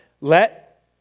Let